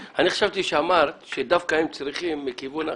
חשבתי שאמרת שדווקא הם צריכים מכיוון אחר,